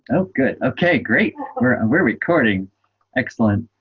oh good. okay great we're and we're recording excellent.